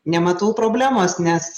nematau problemos nes